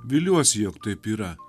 viliuosi jog taip yra